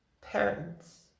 parents